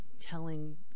telling